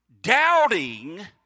doubting